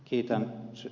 kiitän ed